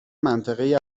منطقهای